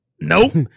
Nope